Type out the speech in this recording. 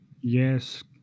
Yes